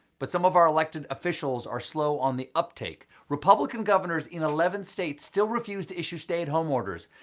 but some of our elected officials are slow on the uptake. republican governors in eleven states still refuse to issue stay-at-home orders.